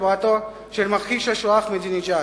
השבעתו של מכחיש השואה אחמדינג'אד.